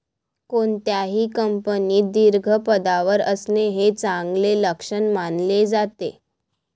कोणत्याही कंपनीत दीर्घ पदावर असणे हे चांगले लक्षण मानले जाते